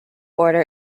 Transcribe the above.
order